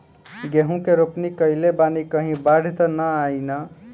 गेहूं के रोपनी कईले बानी कहीं बाढ़ त ना आई ना?